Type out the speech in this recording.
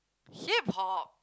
Hip-Hop